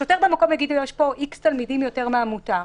השוטר במקום יגיד לו: יש פה X תלמידים יותר מן המותר.